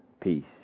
Peace